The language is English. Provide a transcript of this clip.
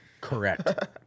Correct